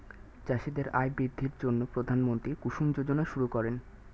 চাষীদের আয় বৃদ্ধির জন্য প্রধানমন্ত্রী কুসুম যোজনা শুরু করেন